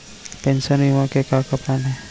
Pension बीमा के का का प्लान हे?